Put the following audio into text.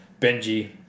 Benji